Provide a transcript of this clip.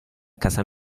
casa